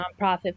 nonprofit